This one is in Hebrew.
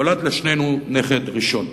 נולד לשנינו נכד ראשון.